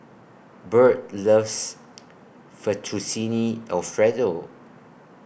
Byrd loves Fettuccine Alfredo